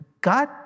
God